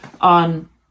on